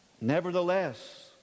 Nevertheless